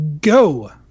go